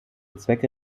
zwecke